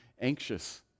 anxious